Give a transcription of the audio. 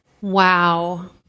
Wow